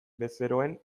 bezeroen